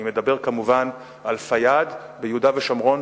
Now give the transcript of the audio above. אני מדבר כמובן על פיאד ביהודה ושומרון,